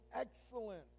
excellent